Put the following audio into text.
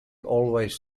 always